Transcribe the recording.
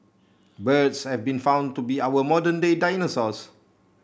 birds have been found to be our modern day dinosaurs